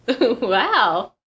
wow